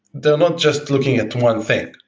they're not just looking at one thing,